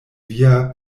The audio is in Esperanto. via